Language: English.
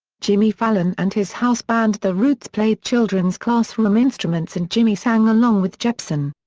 jimmy fallon and his house band the roots played children's classroom instruments and jimmy sang along with jepsen.